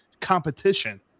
competition